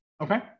Okay